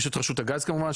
יש את רשות הגז כמובן,